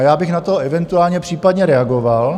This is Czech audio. Já bych na to eventuálně případně reagoval.